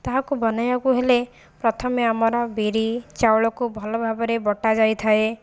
ତାହାକୁ ବନାଇବାକୁ ହେଲେ ପ୍ରଥମେ ଆମର ବିରି ଚାଉଳକୁ ଭଲ ଭାବରେ ବଟା ଯାଇଥାଏ